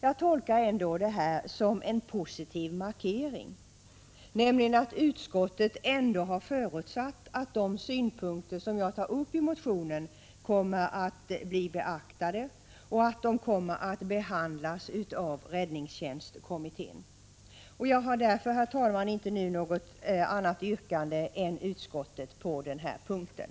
Jag tolkar detta trots allt som en positiv markering, nämligen att utskottet ändå har förutsatt att de synpunkter som tas upp i motionen är angelägna att uppmärksamma och att de kommer att behandlas av räddningstjänstkommittén. Jag har därför inte nu något annat yrkande än bifall till utskottets hemställan på denna punkt.